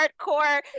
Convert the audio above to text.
hardcore